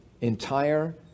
entire